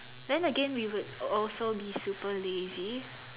then again we would also be super lazy